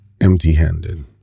empty-handed